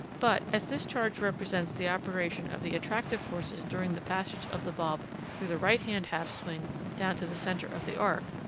but, as this charge represents the operation of the attractive forces during the passage of the bob through the right-hand half-swing down to the centre of the arc,